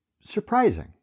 surprising